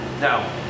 now